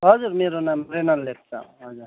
हजुर मेरो नाम प्रेनल लेप्चा हो हजुर